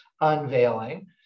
unveiling